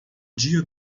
dia